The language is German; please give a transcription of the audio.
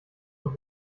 und